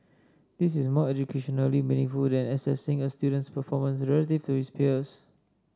this is more educationally meaningful than assessing a student's performance relative to his peers